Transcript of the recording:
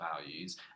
values